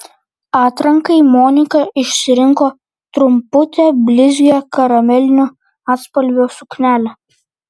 atrankai monika išsirinko trumputę blizgią karamelinio atspalvio suknelę